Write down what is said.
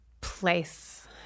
place